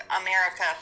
America